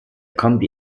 kombi